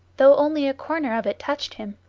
though only a corner of it touched him,